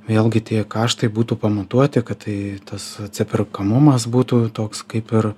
vėlgi tie kaštai būtų pamatuoti kad tai tas atsiperkamumas būtų toks kaip ir